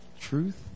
truth